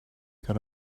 got